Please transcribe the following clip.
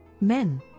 Men